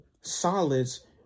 solids